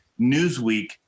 Newsweek